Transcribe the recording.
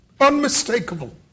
Unmistakable